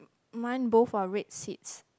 mine both are red seats